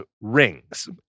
rings